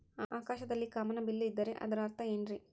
ಆಕಾಶದಲ್ಲಿ ಕಾಮನಬಿಲ್ಲಿನ ಇದ್ದರೆ ಅದರ ಅರ್ಥ ಏನ್ ರಿ?